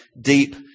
deep